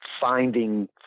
finding